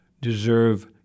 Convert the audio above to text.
deserve